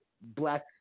black